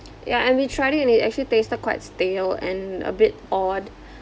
ya and we tried it and it actually tasted quite stale and a bit odd